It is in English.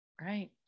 Right